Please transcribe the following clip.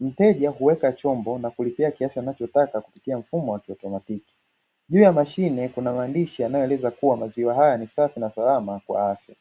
mteja kuweka chombo na kulipia kiasi anachotaka kusikia, mfumo kiotomatiki juu ya mashine kuna maandishi yanayoeleza kuwa maziwa haya ni safi na salama kwa afya.